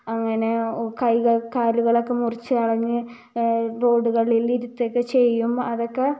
അങ്ങനെ കൈകൾ കാലുകളൊക്കെ മുറിച്ച് കളഞ്ഞ് റോഡുകളിൽ ഇരുത്തുകയൊക്കെ ചെയ്യും അതൊക്കെ